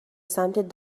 سمت